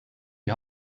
die